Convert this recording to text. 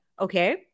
Okay